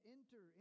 Enter